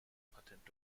patent